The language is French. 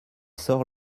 sort